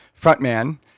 frontman